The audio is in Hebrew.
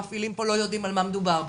המפעילים פה לא יודעים על מה מדובר בכלל,